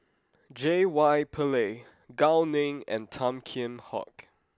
J Y Pillay Gao Ning and Tan Kheam Hock